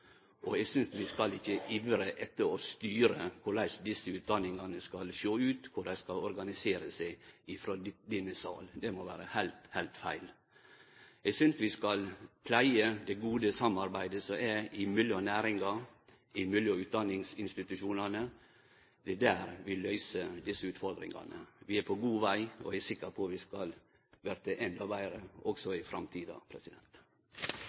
og eg synest ikkje vi skal ivre etter å styre korleis desse utdanningane skal sjå ut, korleis dei skal organisere seg, frå denne sal. Det må vere heilt, heilt feil. Eg synest vi skal pleie det gode samarbeidet som er mellom næringa og utdanningsinstitusjonane. Det er der vi løyser desse utfordringane. Vi er på god veg, og eg er sikker på at vi skal verte endå betre